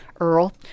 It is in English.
Earl